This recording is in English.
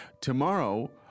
tomorrow